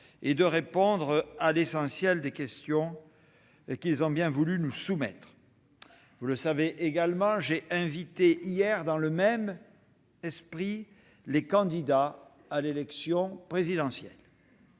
et de répondre à l'essentiel des questions qu'ils ont bien voulu nous soumettre. J'ai invité hier, dans le même esprit, les candidats à l'élection présidentielle.